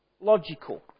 logical